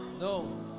No